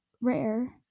rare